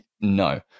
no